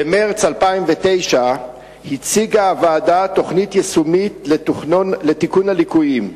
במרס 2009 הציגה הוועדה לבדיקת התאונה תוכנית יישומית לתיקון הליקויים.